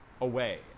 away